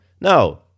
No